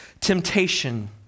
temptation